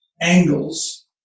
angles